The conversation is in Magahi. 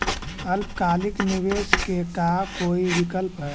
अल्पकालिक निवेश के का कोई विकल्प है?